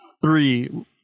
three